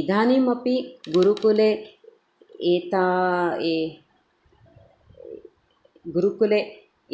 इदानीमपि गुरुकुले एता गुरुकुले